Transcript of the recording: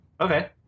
Okay